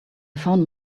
found